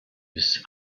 bis